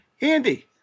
Andy